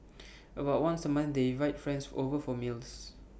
about once A month they invite friends over for meals